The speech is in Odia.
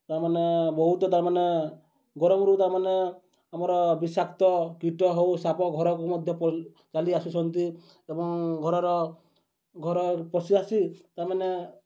ତାମାନେ ବହୁତ ତାମାନେ ଗରମରୁ ତାମାନେ ଆମର ବିଷାକ୍ତ କୀଟ ହଉ ସାପ ଘରକୁ ମଧ୍ୟ ଚାଲି ଆସୁଛନ୍ତି ଏବଂ ଘରର ଘର ପଶି ଆସି ତାମାନେ